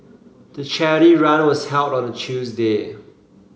the charity run was held on a Tuesday